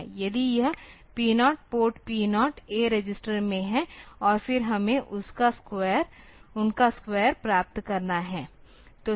यदि यह P0 port P0 A register में है और फिर हमें उनका स्क्वायर प्राप्त करना है